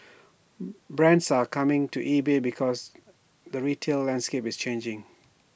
brands are coming to eBay because the retail landscape is changing